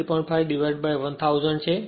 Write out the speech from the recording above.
5 divided by 1000 છે